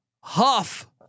Huff